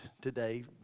today